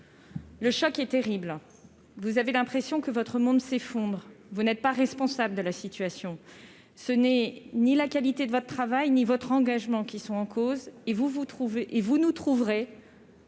le choc est terrible ; vous avez l'impression que votre monde s'effondre ; vous n'êtes pas responsables de la situation ; ni la qualité de votre travail ni votre engagement ne sont en cause, et vous nous trouverez-